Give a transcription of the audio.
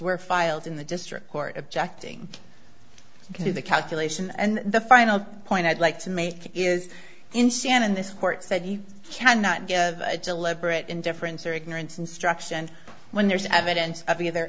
were filed in the district court objecting to the calculation and the final point i'd like to make is in c n n this court said you cannot give a deliberate indifference or ignorance instruction when there's evidence of either